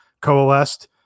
coalesced